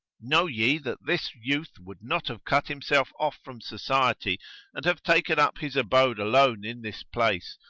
know ye that this youth would not have cut himself off from society and have taken up his abode alone in this place,